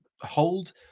hold